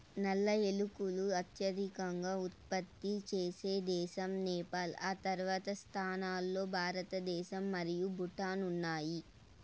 నల్ల ఏలకులు అత్యధికంగా ఉత్పత్తి చేసే దేశం నేపాల్, ఆ తర్వాతి స్థానాల్లో భారతదేశం మరియు భూటాన్ ఉన్నాయి